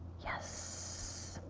yes.